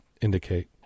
indicate